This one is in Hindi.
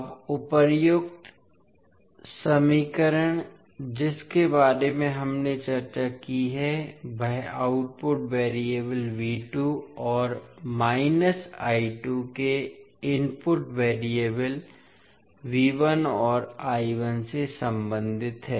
अब उपर्युक्त समीकरण जिसके बारे में हमने चर्चा की है वह आउटपुट वेरिएबल और के इनपुट वैरिएबल और से संबंधित है